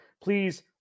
Please